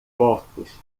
corpos